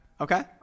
Okay